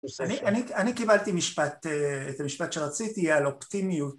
אני קיבלתי משפט, את המשפט שרציתי על אופטימיות